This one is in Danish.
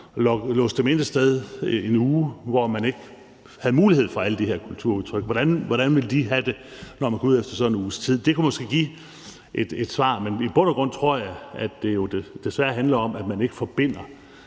dem inde et sted i en uge, hvor de ikke havde mulighed for at opleve alle de her kulturudtryk. Hvordan ville de have det, når de kom ud efter sådan en uges tid? Det kunne måske give et svar. Men i bund og grund tror jeg, at det desværre handler om, at man ikke forbinder